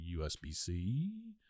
USB-C